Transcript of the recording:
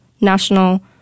national